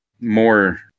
more